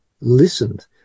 listened